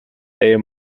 their